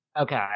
Okay